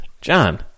John